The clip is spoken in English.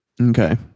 Okay